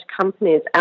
companies